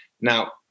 Now